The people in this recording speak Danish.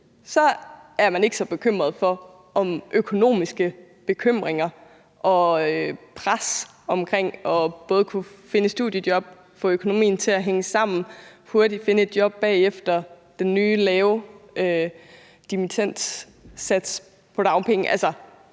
så er man ikke så bekymrede over økonomiske bekymringer og pres med hensyn til både at finde et studiejob, få økonomien til at hænge sammen og hurtigt finde et job bagefter og den nye, lave dimittendsats på dagpengene.